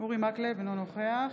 אינו נוכח